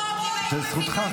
את לא מבינה את החוק.